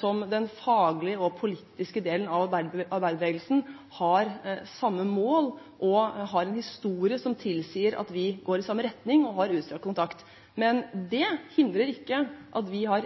som den faglige og politiske delen av arbeiderbevegelsen, har samme mål og en historie som tilsier at vi går i samme retning og har utstrakt kontakt. Men det hindrer ikke